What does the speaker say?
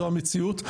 זו המציאות.